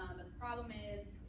but the problem is,